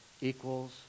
equals